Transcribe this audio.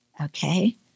okay